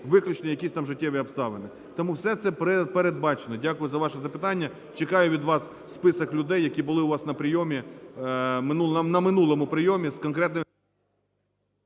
виключні якісь там життєві обставини. Тому все це передбачено. Дякую за ваше запитання. Чекаю від вас список людей, які були у вас на прийомі, на минулому прийомі з конкретними…